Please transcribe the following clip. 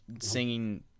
singing